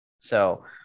So-